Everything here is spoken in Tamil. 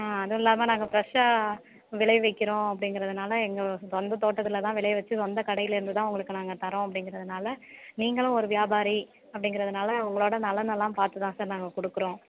ஆ அதுவும் இல்லாமல் நாங்கள் ஃபிரெஷ்ஷாக விளைவிக்கிறோம் அப்படிங்கிறதுனால எங்கள் சொந்த தோட்டத்தில் தான் விளைவிச்சு சொந்த கடையிலேருந்து தான் உங்களுக்கு நாங்கள் தரோம் அப்படிங்கிறதுனால நீங்களும் ஒரு வியாபாரி அப்படிங்கிறதுனால உங்களோட நலனெல்லாம் பார்த்துதான் சார் நாங்கள் கொடுக்குறோம்